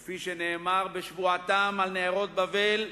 כפי שנאמר בשבועתם על נהרות בבל: